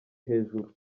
hejuru